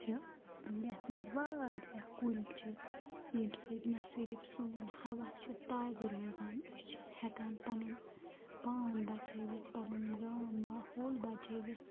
چھُ یَتھ منٛز واریاہ کُلۍ چھِ ییٚمۍ سۭتۍ نَہ صرف سون ہوا چھُ تازٕ روزان أسۍ چھِ ہٮ۪کان پَنُن پان بَچٲوِتھ پَنُن گام ماحول بَچٲوِتھ